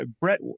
Brett